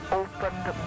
opened